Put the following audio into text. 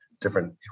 different